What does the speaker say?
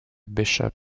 bishop